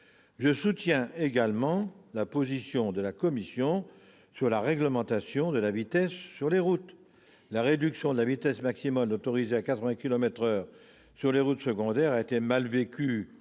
Je soutiens également la position de la commission sur la réglementation de la vitesse sur les routes. La réduction de la vitesse maximale autorisée à 80 kilomètres par heure sur les routes secondaires a été mal vécue